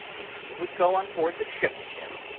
if he would go on board the ship with him,